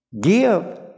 Give